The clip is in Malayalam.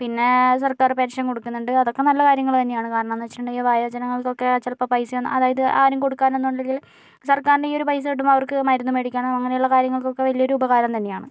പിന്നെ സർക്കാര് പെൻഷൻ കൊടുക്കുന്നുണ്ട് അതൊക്കെ നല്ല കാര്യങ്ങള് തന്നെയാണ് കാരണമെന്ന് വെച്ചിട്ടുണ്ടെങ്കിൽ വയോജനങ്ങൾക്കൊക്കെ ചിലപ്പോൾ പൈസയും അതായത് ആരും കൊടുക്കാനൊന്നും ഇല്ലങ്കിൽ സർക്കാരിൻ്റെ ഈ ഒരു പൈസ കിട്ടുമ്പോൾ അവർക്ക് മരുന്ന് മേടിക്കാനോ അങ്ങനെയുള്ള കാര്യങ്ങൾക്കൊക്കെ വലിയൊരു ഉപകാരം തന്നെയാണ്